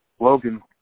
Logan